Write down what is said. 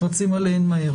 רצים עליהן מהר,